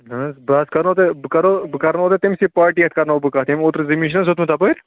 اہن حظ بہٕ حظ کَرناو تۄہہِ بہٕ کَرناوو کَرناوو تۄہہِ تٔمسٕے پاٹی اتھِ کرناوو بہٕ کتھ ییٚمۍ اوترٕ زٔمیٖن چھُ نہ حظ ہیوٚتمُت اَپٲرۍ